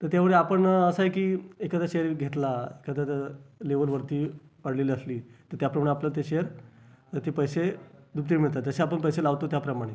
तर त्यावेळी आपण असं आहे की एखादा शेअर घेतला एकादा लेवल वरती काढलेली असली तर त्याप्रमाणे आपल्याला ते शेअर ते पैसे दुप्पटीने मिळतात जसे आपण पैसे लावतो त्याप्रमाणे